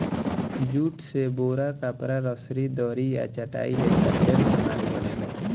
jute से बोरा, कपड़ा, रसरी, दरी आ चटाई लेखा ढेरे समान बनेला